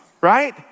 right